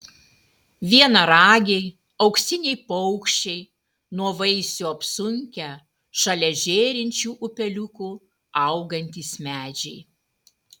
vienaragiai auksiniai paukščiai nuo vaisių apsunkę šalia žėrinčių upeliukų augantys medžiai